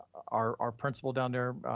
our our principal down there,